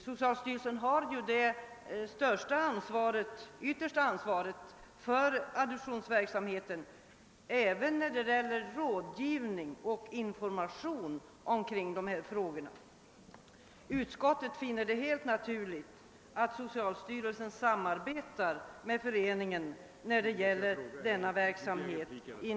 Socialstyrelsen har det yttersta ansvaret för rådgivning och information kring adoptionsfrågor, och utskottet finner det naturligt att socialstyrelsen samarbetar med föreningen. Detta är klart utsagt i utskottets utlåtande.